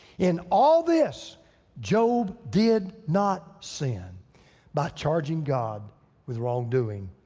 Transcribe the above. in all this job did not sin by charging god with wrongdoing.